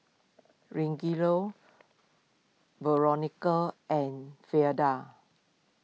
Rogelio Veronica and Fleda